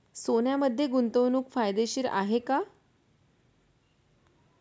सोन्यामध्ये गुंतवणूक फायदेशीर आहे का?